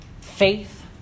Faith